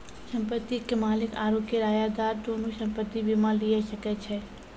संपत्ति के मालिक आरु किरायादार दुनू संपत्ति बीमा लिये सकै छै